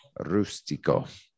Rustico